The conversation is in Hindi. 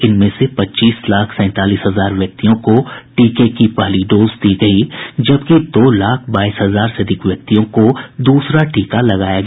इनमें से पच्चीस लाख सैंतालीस हजार व्यक्तियों को टीके की पहली डोज दी गई जबकि दो लाख बाईस हजार से अधिक व्यक्तियों को दूसरा टीका लगाया गया